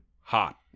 hot